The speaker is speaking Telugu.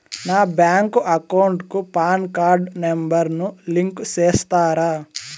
నా బ్యాంకు అకౌంట్ కు పాన్ కార్డు నెంబర్ ను లింకు సేస్తారా?